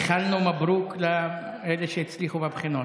לא, איחלנו מברוכ לאלה שהצליחו בבחינות.